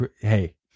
hey